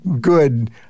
good